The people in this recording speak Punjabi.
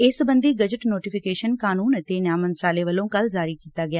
ਇਸ ਸਬੰਧੀ ਗਜਟ ਨੋਟੀਫਿਕੇਸ਼ਨ ਕਾਨੂੰਨ ਅਤੇ ਨਿਆ ਮੰਤਰਾਲੇ ਵੱਲੋ ਕੱਲ ਜਾਰੀ ਕੀਤਾ ਗਿਆ